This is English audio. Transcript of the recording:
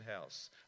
house